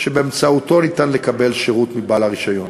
שבאמצעותו אפשר לקבל שירות מבעל רישיון.